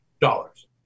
dollars